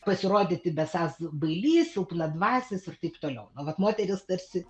pasirodyti besąs bailys silpnadvasis ir taip toliau nu vat moteris tarsi